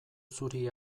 zuri